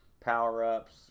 power-ups